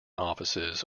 offices